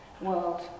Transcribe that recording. world